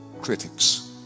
critics